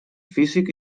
físic